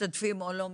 משתתפים או לא משתתפים,